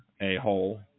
A-hole